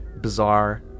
bizarre